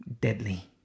deadly